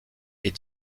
est